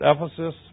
Ephesus